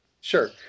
Sure